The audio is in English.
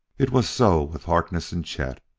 it was so with harkness and chet.